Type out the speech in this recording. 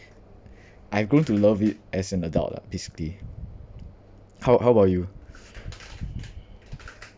I've grown to love it as an adult lah basically how how about you